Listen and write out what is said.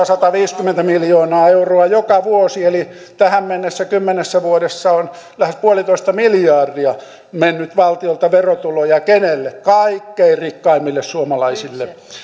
sataviisikymmentä miljoonaa euroa joka vuosi eli tähän mennessä kymmenessä vuodessa on lähes yksi pilkku viisi miljardia mennyt valtiolta verotuloja kenelle kaikkein rikkaimmille suomalaisille